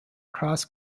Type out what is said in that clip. cross